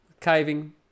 caving